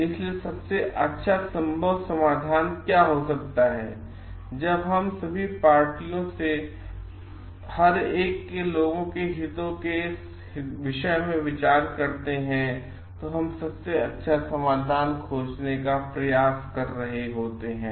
इसलिए सबसे अच्छा संभव समाधान क्या हो सकता है जब हम सभी पार्टियों में से हर एक के हितों के हितों के विषय में विचार करते हैं और हम सबसे अच्छा समाधान खोजने के प्रयास में लगे होते हैं